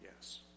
Yes